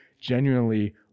genuinely